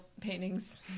paintings